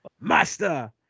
Master